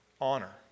honor